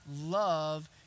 love